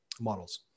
models